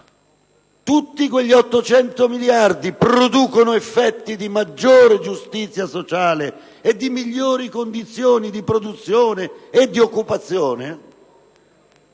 Tutti quegli 800 miliardi producono effetti di maggiore giustizia sociale e di migliori condizioni di produzione e di occupazione?